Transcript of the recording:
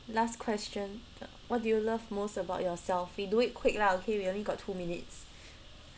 last question what do you love most about yourself we do it quick lah okay we only got two minutes